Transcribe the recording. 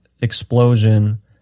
explosion